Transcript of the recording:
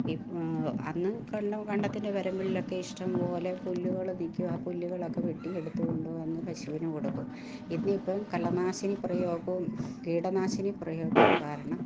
E ഇമ് അന്ന് കണ്ട കണ്ടത്തിൻ്റെ വരമ്പിലൊക്കെ ഇഷ്ടംപോലെ പുല്ലുകൾ നിൽക്കും ആ പുല്ലുകൾ ഒക്കെ വെട്ടിയെടുത്തു കൊണ്ടു വന്ന് പശുവിന് കൊടുക്കും ഇതിന് ഇപ്പോൾ കളനാശിനിപ്രയോഗവും കീടനാശിനിപ്രയോഗവും കാരണം